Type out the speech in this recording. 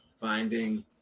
finding